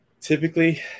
typically